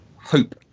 hope